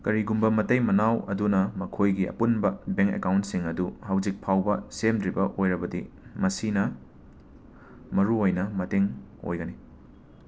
ꯀꯔꯤꯒꯨꯝꯕ ꯃꯇꯩ ꯃꯅꯥꯎ ꯑꯗꯨꯅ ꯃꯈꯣꯏꯒꯤ ꯑꯄꯨꯟꯕ ꯕꯦꯡ ꯑꯦꯀꯥꯎꯟꯁꯤꯡ ꯑꯗꯨ ꯍꯧꯖꯤꯛ ꯐꯥꯎꯕ ꯁꯦꯝꯗ꯭ꯔꯤꯕ ꯑꯣꯏꯔꯕꯗꯤ ꯃꯁꯤꯅ ꯃꯔꯨꯑꯣꯏꯅ ꯃꯇꯦꯡ ꯑꯣꯏꯒꯅꯤ